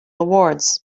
awards